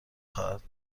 خواهد